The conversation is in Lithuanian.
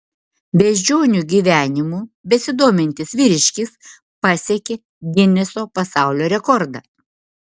beždžionių gyvenimu besidomintis vyriškis pasiekė gineso pasaulio rekordą